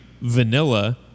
vanilla